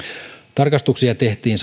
tarkastuksia tehtiin